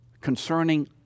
concerning